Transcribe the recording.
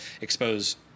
expose